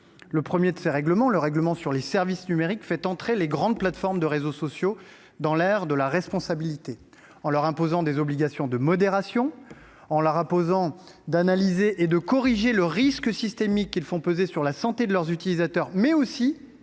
Le premier règlement, le règlement sur les services numériques, le (DSA), fait entrer les grandes plateformes des réseaux sociaux dans l’ère de la responsabilité. Il leur impose des obligations de modération. Il les contraint à analyser et à corriger le risque systémique qu’elles font peser sur la santé de leurs utilisateurs, mais aussi